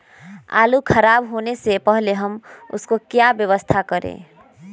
आलू खराब होने से पहले हम उसको क्या व्यवस्था करें?